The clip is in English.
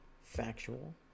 factual